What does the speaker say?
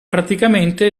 praticamente